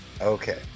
Okay